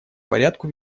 порядку